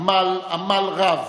עמל עמל רב